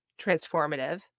transformative